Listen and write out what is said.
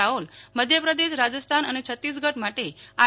રાઓલ મધ્યપ્રદેશ રાજસ્થાન અને છત્તીસગઢ માટે આર